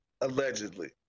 Allegedly